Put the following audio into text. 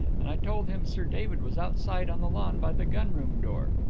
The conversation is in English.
and i told him sir david was outside on the lawn by the gun-room door.